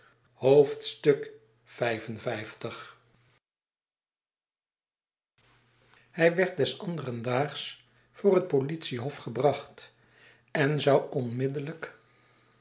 hij werd des anderen daags voor het politiehof gebracht en zou onmiddellijk